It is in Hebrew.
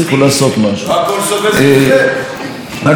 אבל אני חושב שעל הבסיס הזה קשה להבין למה